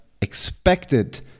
expected